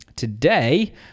Today